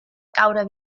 caure